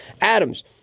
Adams